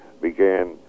began